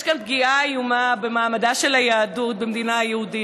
יש כאן פגיעה איומה במעמדה של היהדות במדינה היהודית,